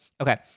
Okay